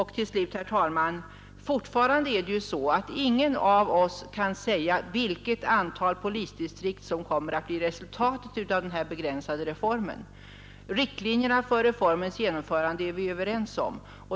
Till slut, herr talman, kan fortfarande ingen av oss säga vilket antal polisdistrikt som kommer att bli resultatet av den här begränsade reformen. Riktlinjerna för reformens genomförande är vi överens om.